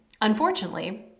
Unfortunately